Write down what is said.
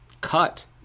cut